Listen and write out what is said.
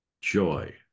joy